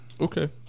Okay